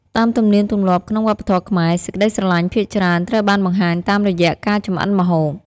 តាមទំនៀមទម្លាប់ក្នុងវប្បធម៌ខ្មែរ សេចក្ដីស្រលាញ់ភាគច្រើនត្រូវបានបង្ហាញតាមរយៈការចម្អិនម្ហូប។